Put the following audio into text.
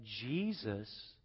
Jesus